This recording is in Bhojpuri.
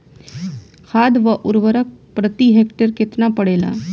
खाध व उर्वरक प्रति हेक्टेयर केतना पड़ेला?